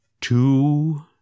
two